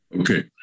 Okay